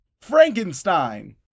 Frankenstein